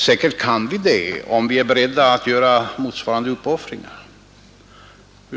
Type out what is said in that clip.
Säkert kan vi det om vi är beredda att göra motsvarande uppoffringar.